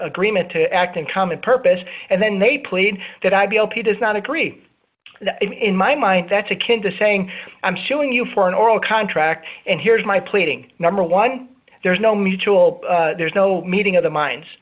agreement to act in common purpose and then they plead that i b o p does not agree in my mind that's akin to saying i'm showing you for an oral contract and here's my pleading number one there's no mutual there's no meeting of the min